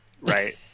right